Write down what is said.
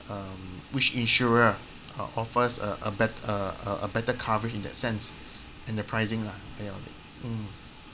um which insurer offers a a bet~ a a a better coverage in that sense and the pricing lah mm